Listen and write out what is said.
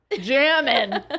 jamming